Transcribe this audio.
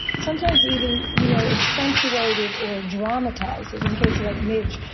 sometimes even, you know, accentuate it or dramatize it. in the case of, like, midge,